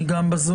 גם היא בזום.